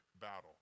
battle